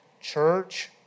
church